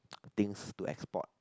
things to export